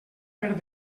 per